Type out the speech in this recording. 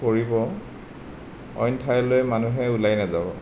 কৰিব অইন ঠাইলৈ মানুহে ওলাই নেযাব